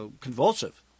convulsive